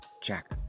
Jack